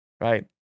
right